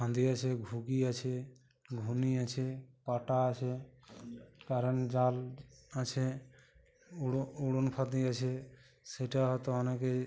ফাঁদি আছে ভুগি আছে ভুনি আছে পাটা আছে কারণ জাল আছে উড় উড়ন ফাঁদি আছে সেটা হয়তো অনেকে